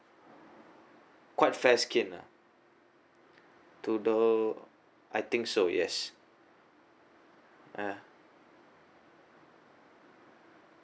quite fair skin lah tudung I think so yes mm